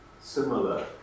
similar